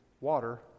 Water